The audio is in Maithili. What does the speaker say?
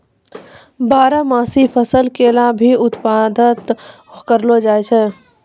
बारहमासी फसल केला भी उत्पादत करलो जाय छै